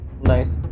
Nice